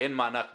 אין מענק בשפרעם.